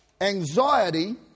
Anxiety